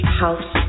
house